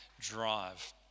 drive